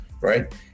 right